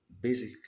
basic